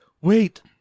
wait